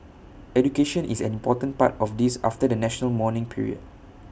education is an important part of this after the national mourning period